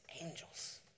angels